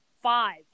five